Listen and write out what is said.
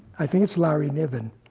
i think it's larry niven,